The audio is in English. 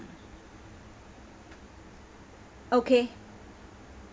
okay